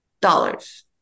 Dollars